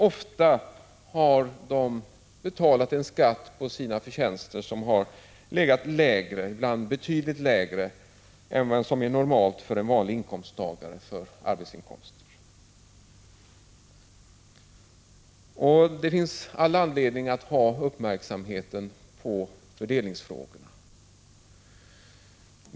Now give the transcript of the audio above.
Ofta har de betalat en skatt på sina förtjänster som legat lägre — ibland betydligt lägre — än vad som är normalt för en vanlig löntagares arbetsinkomster. Det finns all anledning att ha uppmärksamheten riktad på fördelningsfrågorna.